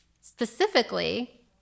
specifically